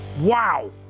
Wow